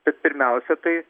bet pirmiausia tai